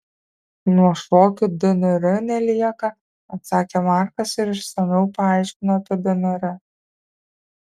nuo šokių dnr nelieka atsakė markas ir išsamiau paaiškino apie dnr